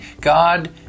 God